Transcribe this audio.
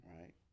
right